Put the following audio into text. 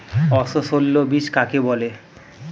অসস্যল বীজ কাকে বলে?